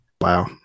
wow